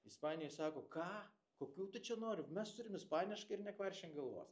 ispanijoj sako ką kokių tu čia nori mes turim ispaniškai ir nekvaršink galvos